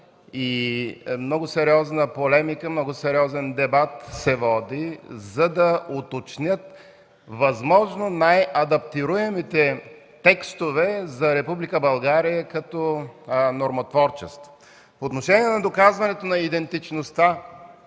много сериозна полемика, много сериозен дебат, за да уточнят възможно най адаптируемите текстове за Република България като нормотворчество. По отношение доказването на идентичността